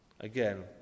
again